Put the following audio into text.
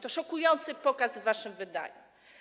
To szokujący pokaz w waszym wydaniu.